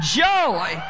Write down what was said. joy